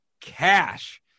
cash